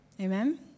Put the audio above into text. Amen